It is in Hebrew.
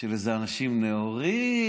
של איזה אנשים נאורים,